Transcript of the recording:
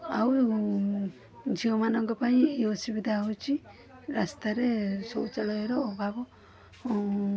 ଆଉ ଝିଅ ମାନଙ୍କ ପାଇଁ ଅସୁବିଧା ହେଉଛି ରାସ୍ତାରେ ଶୌଚାଳୟର ଅଭାବ